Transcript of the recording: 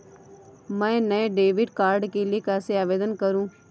मैं नए debit card के लिए कैसे आवेदन करूं?